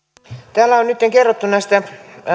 täällä on nytten kerrottu